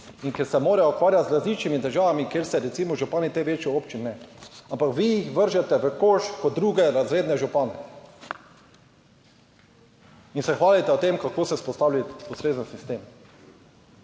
in ki se morajo ukvarjati z različnimi težavami, kjer se recimo župani te večje občine, ampak vi jih vržete v koš kot drugorazredne župane in se hvalite o tem, kako se vzpostaviti ustrezen sistem.